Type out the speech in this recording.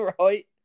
right